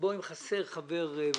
שבו אם חסר חבר ועדה,